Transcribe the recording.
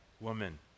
woman